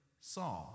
saw